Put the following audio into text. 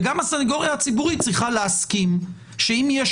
וגם הסניגוריה הציבורית צריכה להסכים שאם יש